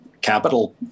capital